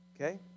Okay